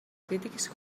crítics